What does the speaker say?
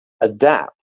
adapt